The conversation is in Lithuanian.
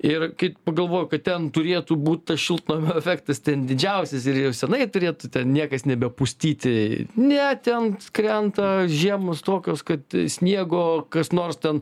ir kai pagalvojau kad ten turėtų būt tas šiltnamio efektas ten didžiausias ir jau senai turėtų ten niekas nebepustyti ne ten krenta žiemos tokios kad sniego kas nors ten